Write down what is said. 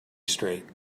straight